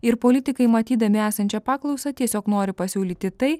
ir politikai matydami esančią paklausą tiesiog nori pasiūlyti tai